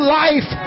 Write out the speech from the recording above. life